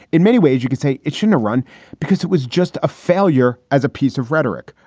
in many ways you can say it shouldn't run because it was just a failure as a piece of rhetoric.